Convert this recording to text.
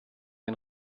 ein